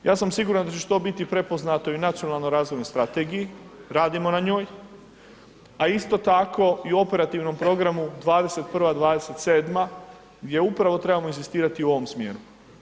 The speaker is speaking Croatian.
Ja sam siguran da će to biti prepoznato i u Nacionalnoj razvojnoj strategiji, radimo na njoj, ali isto tako i na Operativnom programu 2021.-2027. gdje upravo trebamo inzistirati u ovom smjeru.